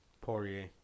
Poirier